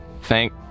Thank